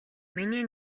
миний